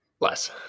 Less